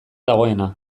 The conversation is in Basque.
dagoena